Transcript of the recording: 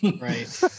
Right